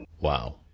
Wow